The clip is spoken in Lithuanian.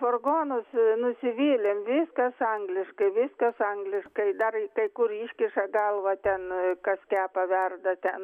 furgonus nusivylėm viskas angliškai viskas angliškai dar kai kur iškiša galvą ten kas kepa verda ten